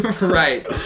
Right